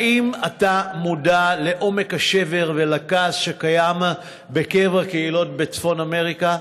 האם אתה מודע לעומק השבר ולכעס שקיים בקרב הקהילות בצפון אמריקה?